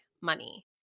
money